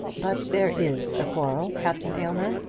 but there is a quarrel, captain aylmer,